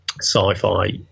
sci-fi